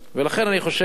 ולכן אני חושב,